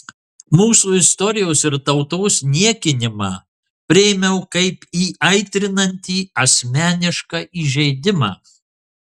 mūsų istorijos ir tautos niekinimą priėmiau kaip įaitrinantį asmenišką įžeidimą